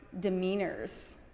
demeanors